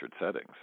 settings